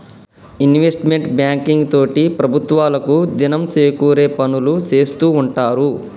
investment banking తోటి ప్రభుత్వాలకు దినం సేకూరే పనులు సేత్తూ ఉంటారు